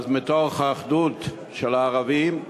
מתוך האחדות של הערבים,